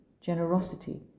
generosity